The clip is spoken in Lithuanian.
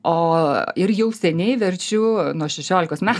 o ir jau seniai verčiu nuo šešiolikos metų